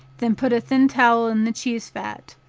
then put a thin towel in the cheese vat,